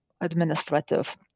administrative